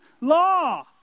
law